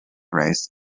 rice